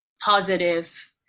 positive